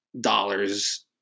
dollars